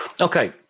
Okay